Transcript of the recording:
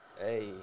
hey